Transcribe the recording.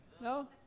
No